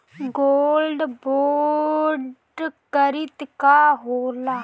Gold bond करतिं का होला?